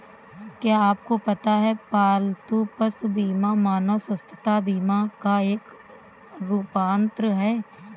क्या आपको पता है पालतू पशु बीमा मानव स्वास्थ्य बीमा का एक रूपांतर है?